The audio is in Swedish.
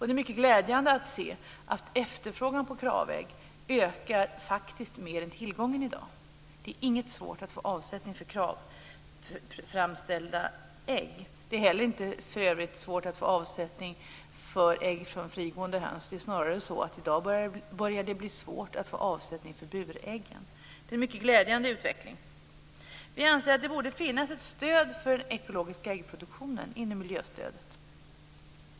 Det är mycket glädjande att efterfrågan på KRAV-ägg faktiskt ökar mer än tillgången i dag. Det är inte svårt att få avsättning för KRAV framställda ägg. Det är för övrigt inte heller svårt att få avsättning för ägg från frigående höns. Det är snarare så att det i dag börjar bli svårt att få avsättning för buräggen. Det är en mycket glädjande utveckling. Vi anser att det borde finnas ett stöd för den ekologiska äggproduktionen inom miljöstödet.